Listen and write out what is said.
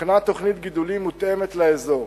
הוכנה תוכנית גידולים מותאמת לאזור,